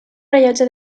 rellotge